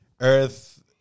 earth